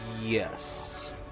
Yes